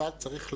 אבל צריך לומר,